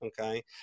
Okay